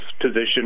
position